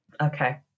Okay